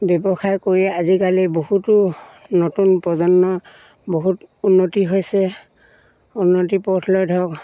ব্যৱসায় কৰি আজিকালি বহুতো নতুন প্ৰজন্ম বহুত উন্নতি হৈছে উন্নতি পথলৈ ধৰক